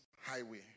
highway